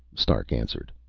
stark answered.